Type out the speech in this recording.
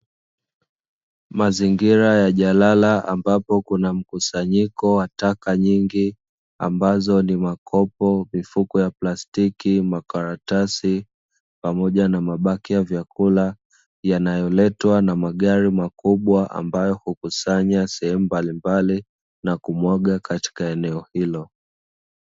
Mazingira ya jalala ambapo kuna mkusanyiko wa taka nyingi ambazo ni makopo, mifuko ya plastiki, makaratasi pamoja na mabaki ya vyakula, yanayoletwa na magari makubwa ambayo hukusanya sehemu mbalimbali na kumwaga katika eneo hilo.